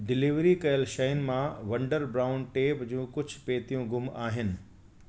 delivery कयल शयुनि मां वंडर ब्राउन टेप जो कुझु पेतियूं गुमु आहिनि